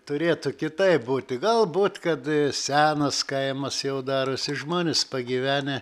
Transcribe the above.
turėtų kitaip būti galbūt kad senas kaimas jau darosi žmonės pagyvenę